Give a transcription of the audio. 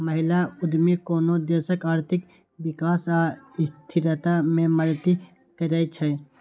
महिला उद्यमी कोनो देशक आर्थिक विकास आ स्थिरता मे मदति करै छै